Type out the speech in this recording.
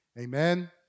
Amen